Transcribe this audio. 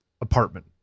apartment